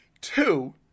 Two